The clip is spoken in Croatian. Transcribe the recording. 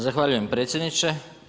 Zahvaljujem predsjedniče.